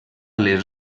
les